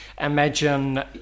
imagine